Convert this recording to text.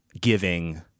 giving